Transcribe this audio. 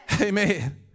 Amen